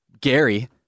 Gary